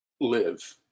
live